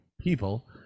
people